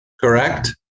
correct